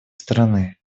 стороны